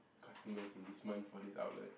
customers in this month for this outlet